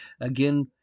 Again